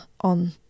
on